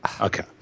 Okay